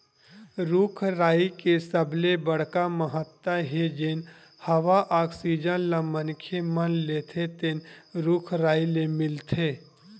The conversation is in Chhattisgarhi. रूख राई के सबले बड़का महत्ता हे जेन हवा आक्सीजन ल मनखे मन लेथे तेन रूख राई ले मिलथे